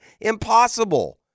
Impossible